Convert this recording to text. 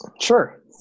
Sure